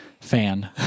fan